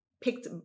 picked